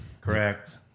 correct